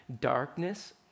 darkness